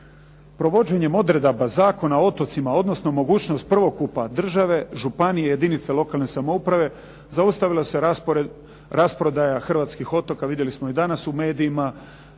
Provođenjem odredaba Zakona o otocima, odnosno mogućnost prvokupa države, županije, jedinica lokalne samouprave, zaustavila se rasprodaja hrvatski otoka. Vidjeli smo i danas u medijima